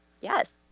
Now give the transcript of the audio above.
Yes